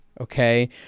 Okay